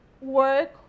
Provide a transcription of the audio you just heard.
work